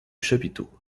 chapiteau